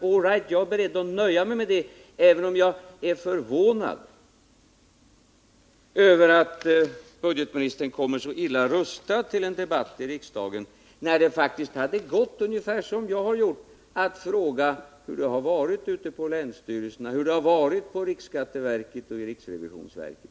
All right, jag är beredd att nöja mig med det, även om jag är förvånad över att budgetministern kommer så illa rustad till en debatt i riksdagen, när det faktiskt hade gått — ungefär som jag har gjort — att fråga hur det har varit ute på länsstyrelserna, hur det har varit i riksskatteverket och i riksrevisionsverket.